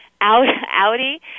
audi